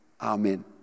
amen